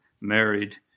married